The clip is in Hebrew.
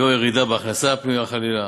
ו/או ירידה בהכנסה הפנויה, חלילה,